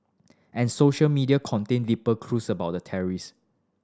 and social media contained deeper clues about the terrorists